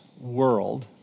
world